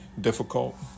difficult